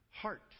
heart